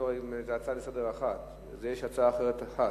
זו הצעה לסדר אחת ויש הצעה אחרת אחת.